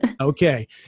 Okay